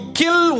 kill